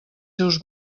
seus